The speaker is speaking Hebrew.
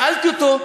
שאלתי אותו: